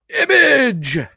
Image